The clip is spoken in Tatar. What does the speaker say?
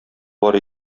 бар